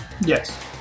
Yes